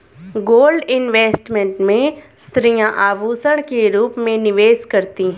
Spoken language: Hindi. गोल्ड इन्वेस्टमेंट में स्त्रियां आभूषण के रूप में निवेश करती हैं